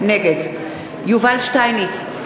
נגד יובל שטייניץ,